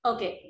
Okay